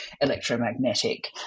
electromagnetic